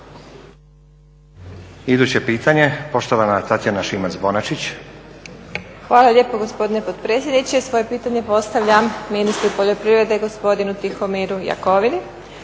**Šimac Bonačić, Tatjana (SDP)** Hvala lijepo gospodine dopredsjedniče. Svoje pitanje postavljam ministru poljoprivrede gospodinu Tihomiru Jakovini.